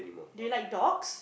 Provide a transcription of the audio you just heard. do you like dogs